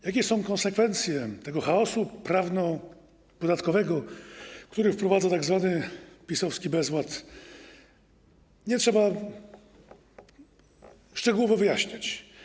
Jakie są konsekwencje tego chaosu prawnopodatkowego, który wprowadza tzw. PiS-owski bezład, nie trzeba szczegółowo wyjaśniać.